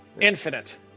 Infinite